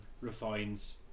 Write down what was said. refines